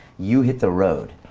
you hit the road,